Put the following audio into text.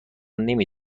نمی